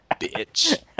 bitch